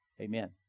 Amen